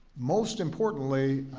most importantly,